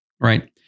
right